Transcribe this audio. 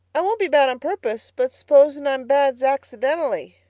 i won't be bad on purpose, but s'posen i'm bad zacksidentally?